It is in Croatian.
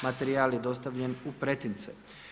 Materijal je dostavljen u pretince.